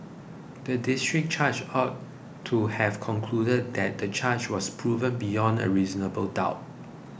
the District Judge ought to have concluded that the charge was proved beyond a reasonable doubt